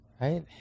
Right